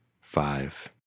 five